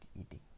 eating